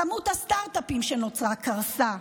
כמות הסטרטאפים שנוצרה קרסה,